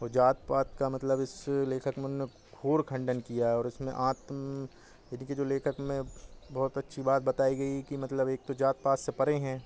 और जात पात का मतलब इस लेखक ने मतलब घोर खंडन किया है और इसमें आत्म यनि कि जो लेखक में बहुत अच्छी बात बताई गई है कि मतलब एक तो जात पात से परे हैं